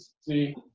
See